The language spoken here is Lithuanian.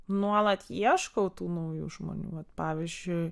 nuolat ieškau tų naujų žmonių vat pavyzdžiui